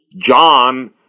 John